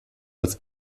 als